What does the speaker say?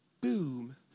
boom